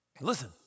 listen